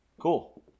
Cool